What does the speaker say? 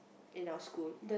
in our school